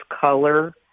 color